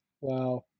Wow